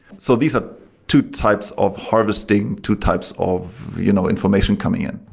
so these are two types of harvesting, two types of you know information coming in.